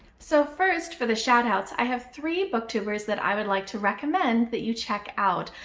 so first for the shout-outs i have three booktubers that i would like to recommend that you check out.